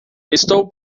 estou